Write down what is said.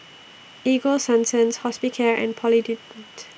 Ego Sunsense Hospicare and Polident